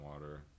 water